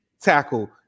tackle